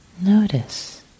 Notice